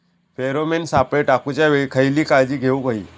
Pheromone सापळे टाकूच्या वेळी खयली काळजी घेवूक व्हयी?